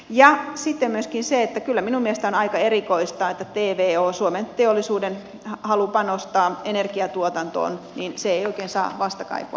ja sitten myöskin se että kyllä minun mielestäni on aika erikoista että tvon suomen teollisuuden halu panostaa energiatuotantoon ei oikein saa vastakaikua ministeriössä